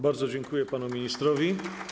Bardzo dziękuję panu ministrowi.